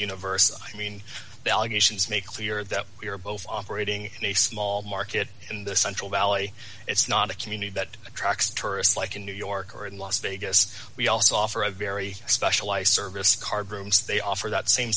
universe i mean the allegations make clear that we are both operating in a small market in the central valley it's not a community that attracts tourists like in new york or in las vegas we also offer a very special ice service card rooms they offer that same